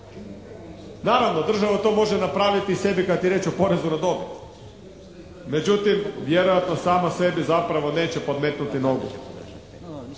Naravno država to može napraviti sebi kad je riječ o porezu na dobit. Međutim vjerojatno sama sebi neće podmetnuti nogu.